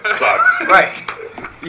Right